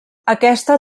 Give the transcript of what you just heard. aquesta